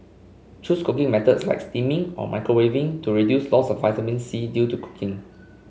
choose cooking methods like steaming or microwaving to reduce loss of vitamin C due to cooking